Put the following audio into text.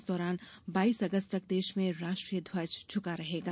इस दौरान बाईस अगस्त तक देश में राष्ट्रीय ध्वज झुका रहेगा